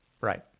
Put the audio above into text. Right